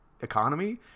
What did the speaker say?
economy